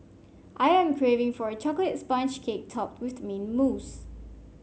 I am craving for a chocolate sponge cake topped with the mint mousse